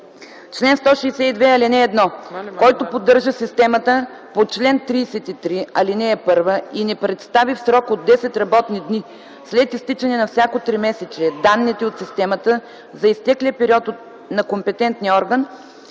„Чл. 162. (1) Който поддържа системата по чл. 33, ал. 1 и не представи в срок от 10 работни дни след изтичане на всяко тримесечие данните от системата за изтеклия период на компетентния орган,